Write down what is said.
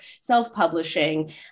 self-publishing